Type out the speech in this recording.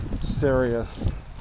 serious